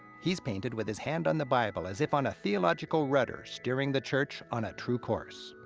he's painted with his hand on the bible as if on a theological rudder, steering the church on a true course.